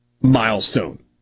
milestone